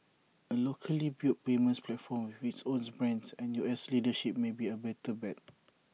A locally built payments platform with its own brands and U S leadership may be A better bet